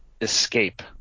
Escape